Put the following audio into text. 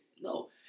No